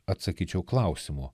atsakyčiau klausimu